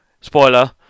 spoiler